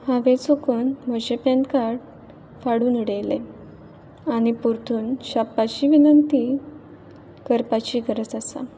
हांवें चुकून म्हजें पॅन कार्ड फाडून उडयलें आनी परतून छापपाची विनंती करपाची गरज आसा